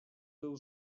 był